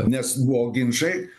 nes buvo ginčai